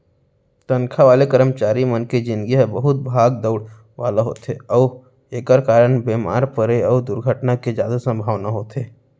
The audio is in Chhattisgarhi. तनखा वाले करमचारी मन के निजगी ह बहुत भाग दउड़ वाला होथे अउ एकर कारन बेमार परे अउ दुरघटना के जादा संभावना होथे